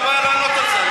מה הבעיה לענות על זה?